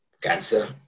cancer